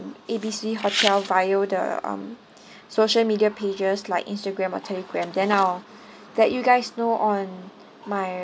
A B C hotel via the um social media pages like Instagram or Telegram then I'll let you guys know on my